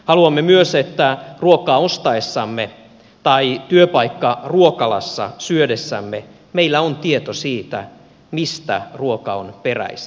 haluamme myös että ruokaa ostaessamme tai työpaikkaruokalassa syödessämme meillä on tieto siitä mistä ruoka on peräisin